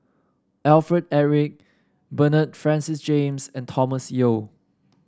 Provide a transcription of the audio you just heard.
Alfred Eric Bernard Francis James and Thomas Yeo